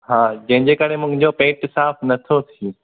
हा जंहिं जे करे मुंहिंजो पेट साफ़ु नथो थिए